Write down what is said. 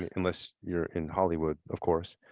unless you're in hollywood. of course.